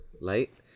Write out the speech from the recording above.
light